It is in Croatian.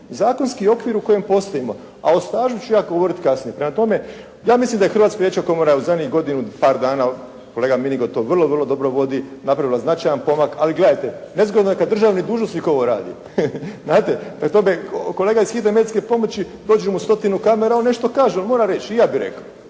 zakonski okvir u kojem postojimo, a o stažu ću ja govoriti kasnije. Prema tome, ja mislim da je Hrvatska liječnička komora u zadnjih godinu, par dana, kolega Minigo to vrlo, vrlo dobro vodi napravila značajan pomak. Ali gledajte, nezgodno je kad državni dužnosnik ovo radi znate. Prema tome, kolega iz hitne medicinske pomoći dođe mu stotinu kamera on nešto kaže, on mora reći i ja bih rekao.